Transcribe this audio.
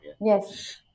Yes